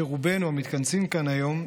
שרובנו המתכנסים כאן היום,